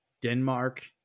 Denmark